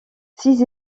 six